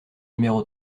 numéro